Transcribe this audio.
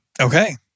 Okay